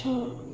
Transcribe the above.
ଛଅ